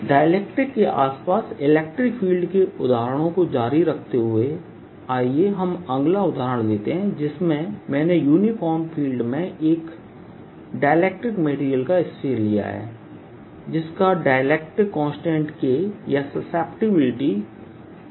dielectrics के आसपास electric field के उदाहरणों को जारी रखते हुए आइए हम अगला उदाहरण लेते हैं जिसमें मैंने यूनिफॉर्म फील्ड मैं एक डाइलेक्ट्रिक मटेरियल का स्फीयर लिया है जिसका डाइलेक्ट्रिक कांस्टेंट K या ससेप्टबिलटी e है